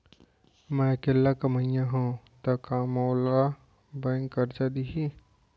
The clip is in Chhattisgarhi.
मैं अकेल्ला कमईया हव त का मोल बैंक करजा दिही?